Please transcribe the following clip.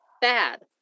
bad